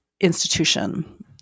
institution